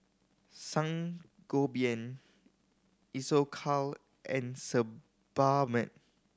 Sangobion Isocal and Sebamed